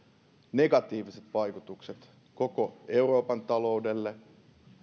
negatiiviset vaikutukset koko euroopan taloudelle